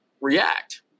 react